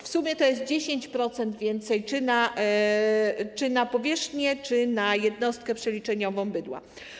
W sumie to jest 10% więcej czy na powierzchnię, czy na jednostkę przeliczeniową bydła.